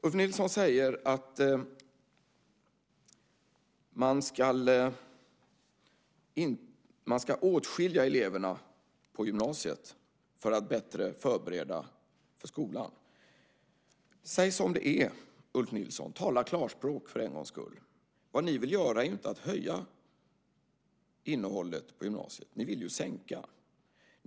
Ulf Nilsson säger att man ska åtskilja eleverna på gymnasiet för att bättre förbereda för högskolan. Säg som det är, Ulf Nilsson! Tala klarspråk för en gångs skull! Vad ni vill göra är inte att höja innehållet på gymnasiet; ni vill ju sänka det.